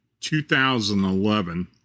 2011